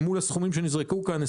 אל מול הסכומים שנזרקו כאן,